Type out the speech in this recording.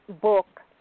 book